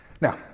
Now